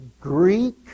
Greek